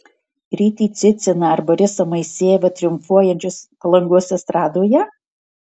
rytį ciciną ar borisą moisejevą triumfuojančius palangos estradoje